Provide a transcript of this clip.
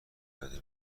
پیاده